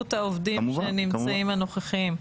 והישארות העובדים הנוכחיים שנמצאים.